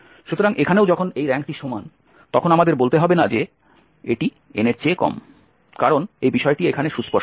সুতরাং এখানেও যখন এই র্যাঙ্কটি সমান তখন আমাদের বলতে হবে না যে এটি n এর চেয়ে কম কারণ এবিষয়টি এখানে সুস্পষ্ট